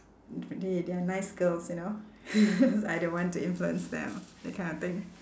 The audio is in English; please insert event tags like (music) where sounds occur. they they are nice girls you know (laughs) I don't want to influence them that kind of thing